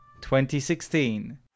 2016